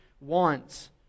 wants